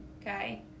okay